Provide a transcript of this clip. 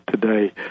today